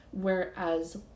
whereas